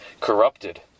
corrupted